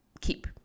keep